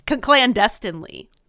clandestinely